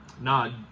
nod